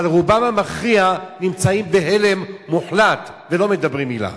אבל רובם המכריע נמצאים בהלם מוחלט ולא מדברים מלה.